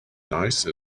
nice